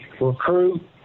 recruit